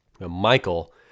Michael